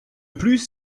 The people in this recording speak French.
plus